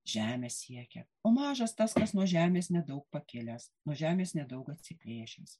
žemę siekia o mažas tas kas nuo žemės nedaug pakilęs nuo žemės nedaug atsiplėšęs